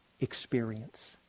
experience